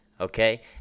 okay